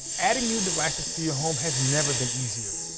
adding new devices to your home has never been easier.